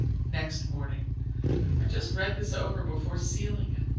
next morning i just read this over before sealing it.